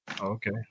Okay